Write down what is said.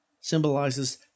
symbolizes